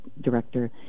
director